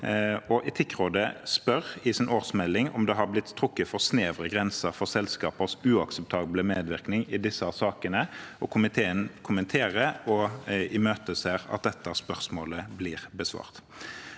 Etikkrådet spør i sin årsmelding om det har blitt trukket for snevre grenser for selskapers uakseptable medvirkning i disse sakene, og komiteen kommenterer og imøteser at dette spørsmålet blir besvart.